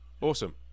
Awesome